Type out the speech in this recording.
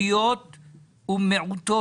ו-2022